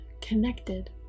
connected